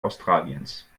australiens